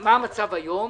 מה המצב היום